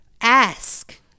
ask